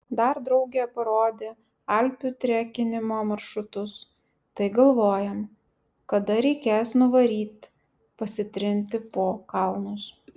dar draugė parodė alpių trekinimo maršrutus tai galvojam kada reikės nuvaryt pasitrinti po kalnus